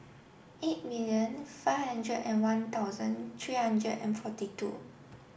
eight million five hundred and one thousand three hundred and forty two